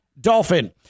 Dolphin